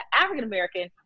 African-American